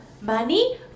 money